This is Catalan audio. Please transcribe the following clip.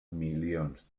milions